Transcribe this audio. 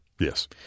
Yes